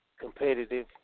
competitive